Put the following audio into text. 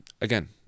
again